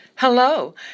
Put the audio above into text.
Hello